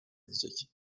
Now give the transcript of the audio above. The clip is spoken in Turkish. edecek